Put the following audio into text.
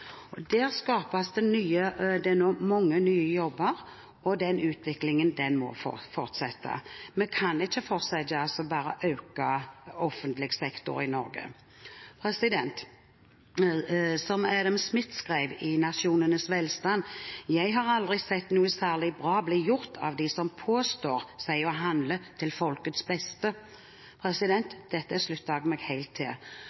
skjer. Der skapes det nå mange nye jobber, og den utviklingen må fortsette. Vi kan ikke fortsette med bare å øke offentlig sektor i Norge. Som Adam Smith skrev i Nasjonenes velstand: Jeg har aldri sett noe særlig bra bli gjort av dem som påstår seg å handle til folkets beste. Dette slutter jeg meg helt til.